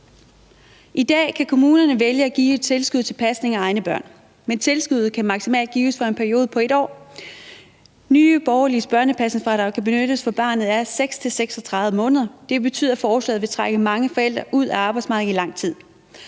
I dag kan kommunerne vælge at give et tilskud til pasning af egne børn, men tilskuddet kan maksimalt gives for en periode på 1 år. Nye Borgerliges børnepasningsfradrag kan benyttes, fra barnet er 6-36 måneder. Det betyder, at forslaget vil trække mange forældre ud af arbejdsmarkedet i lang tid.